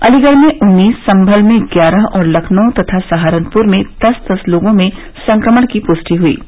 अलीगढ़ में उन्नीस संभल में ग्यारह और लखनऊ तथा सहारनपुर में दस दस लोगों में संक्रमण की पुष्टि ह्यी है